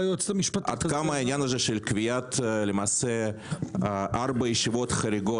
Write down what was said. עד כמה העניין הזה של קביעת ארבע ישיבות חריגות,